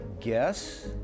guess